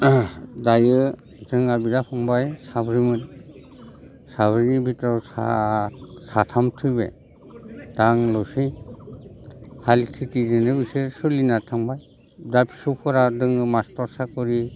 दायो जोंहा बिदा फंबाय साब्रैमोन साब्रैनि भिटोराव साथाम थैबाय दा आंल'सै हाल खेतिजोंसो सोलिना थांबाय दा फिसौफोरा दङ मास्टार साकरि